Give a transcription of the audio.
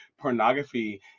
pornography